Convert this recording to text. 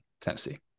Tennessee